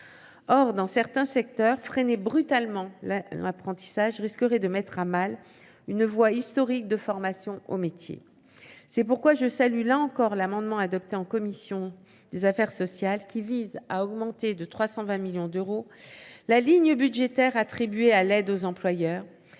Or, dans certains secteurs, freiner brutalement l’apprentissage risquerait de mettre à mal une voie historique de formation aux métiers. C’est pourquoi je salue, là encore, l’amendement adopté en commission des affaires sociales qui vise à augmenter de 320 millions d’euros la ligne budgétaire attribuée à l’aide aux employeurs.